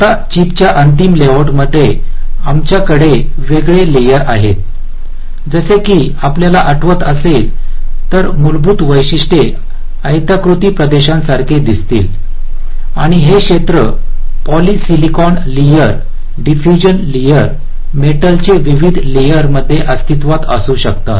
आता चिपच्या अंतिम लेआउटमध्ये आमच्याकडे वेगळे लेअर आहेत जसे की आपल्याला आठवत असेल तर तेथे मूलभूत वैशिष्ट्ये आयताकृती प्रदेशांसारखी दिसतील आणि हे क्षेत्र polysilicon layer diffusion layer metal चे विविध लेअरमध्ये अस्तित्वात असू शकतात